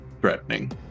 threatening